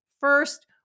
First